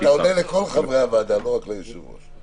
אתה עונה לכל חברי הוועדה, לא רק ליושב-ראש.